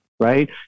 right